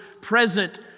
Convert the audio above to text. present